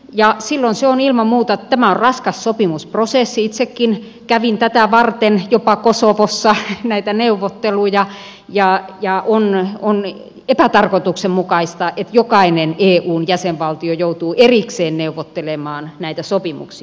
ja sillon se on ilman muuta tämä on raskas sopimusprosessi itsekin kävin tätä varten jopa kosovossa näitä neuvotteluja ja on epätarkoituksenmukaista että jokainen eun jäsenvaltio joutuu erikseen neuvottelemaan näitä sopimuksia